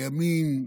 הימין,